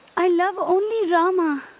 i love only rama.